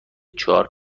چهار